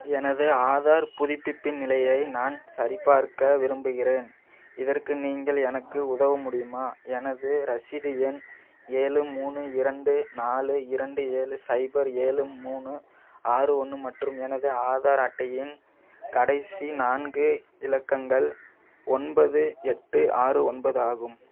எனது ஆதார் புதுப்பிப்பின் நிலையை நான் சரிபார்க்க விரும்புகிறேன் இதற்கு நீங்கள் எனக்கு உதவ முடியுமா எனது ரசீது எண் ஏழு மூணு இரண்டு நாலு இரண்டு ஏழு சைபர் ஏழு மூணு ஆறு ஒன்று மற்றும் எனது ஆதார் அட்டையின் கடைசி நான்கு இலக்கங்கள் ஒன்பது எட்டு ஆறு ஒன்பது ஆகும்